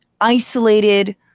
isolated